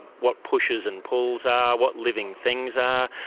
what pushes and pulls are, what living things are,